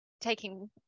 taking